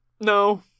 no